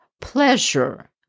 pleasure